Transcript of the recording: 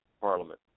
Parliament